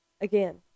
again